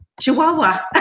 Chihuahua